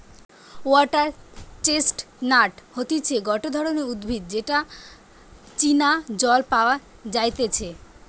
water chestnut হতিছে গটে ধরণের উদ্ভিদ যেটা চীনা জল পাওয়া যাইতেছে